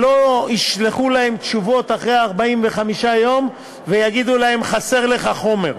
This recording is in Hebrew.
שלא ישלחו להם תשובות אחרי 45 יום ויגידו להם: חסר לך חומר.